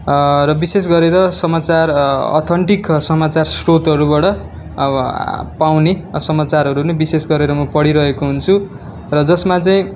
र विशेष गरेर समाचार अथेनटिक समाचार स्रोतहरूबाट अब पाउने समाचारहरू नै विशेष गरेर म पढिरहेको हुन्छु र जसमा चाहिँ